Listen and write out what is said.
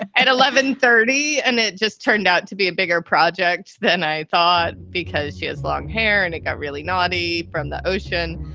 at eleven, thirty. and it just turned out to be a bigger project than i thought because she has long hair and it got really naughty from the ocean.